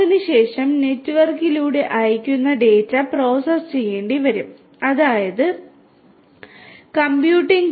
അതിനുശേഷം നെറ്റ്വർക്കിലൂടെ അയയ്ക്കുന്ന ഡാറ്റ പ്രോസസ്സ് ചെയ്യേണ്ടിവരും അതായത് കമ്പ്യൂട്ടിംഗ്